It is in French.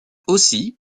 aussi